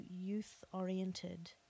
youth-oriented